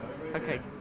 Okay